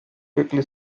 quickly